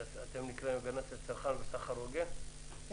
יש